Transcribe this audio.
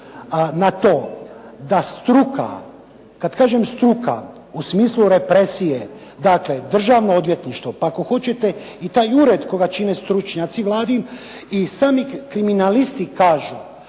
na to da struka, kad kažem struka u smislu represije, dakle Državno odvjetništvo, pa ako hoćete i taj ured koga čine stručnjaci vladin i sami kriminalisti kažu